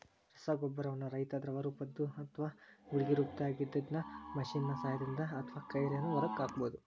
ರಸಗೊಬ್ಬರಗಳನ್ನ ರೈತಾ ದ್ರವರೂಪದ್ದು ಅತ್ವಾ ಗುಳಿಗಿ ರೊಪದಾಗಿದ್ದಿದ್ದನ್ನ ಮಷೇನ್ ನ ಸಹಾಯದಿಂದ ಅತ್ವಾಕೈಲೇನು ಹೊಲಕ್ಕ ಹಾಕ್ಬಹುದು